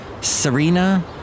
Serena